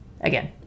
again